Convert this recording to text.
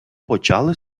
почали